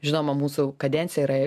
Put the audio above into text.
žinoma mūsų kadencija yra